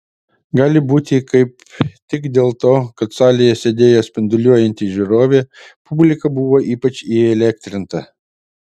gali būti kaip tik dėl to kad salėje sėdėjo spinduliuojanti žiūrovė publika buvo ypač įelektrinta